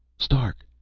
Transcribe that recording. stark,